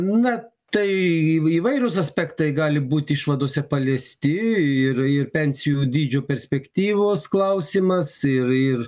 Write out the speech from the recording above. na tai įvairūs aspektai gali būt išvadose paliesti ir ir pensijų dydžių perspektyvos klausimas ir ir